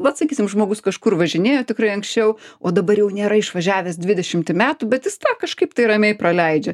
vat sakysim žmogus kažkur važinėjo tikrai anksčiau o dabar jau nėra išvažiavęs dvidešimtį metų bet jis tą kažkaip tai ramiai praleidžia